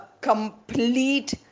complete